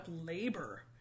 labor